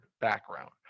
background